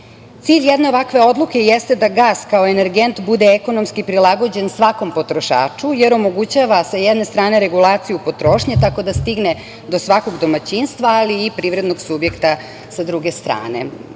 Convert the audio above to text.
jedne ovakve odluke jeste da gas kao energent bude ekonomski prilagođen svakom potrošaču, jer omogućava s jedne strane regulaciju potrošnje, tako da stigne do svakog domaćinstva, ali i privrednog subjekta sa druge strane.U